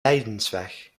lijdensweg